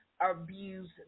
abuse